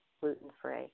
gluten-free